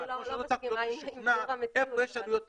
כמו שלא הצלחתי להיות משוכנע איפה יש עלויות כלכליות,